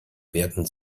werden